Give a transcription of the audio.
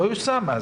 לא יושם.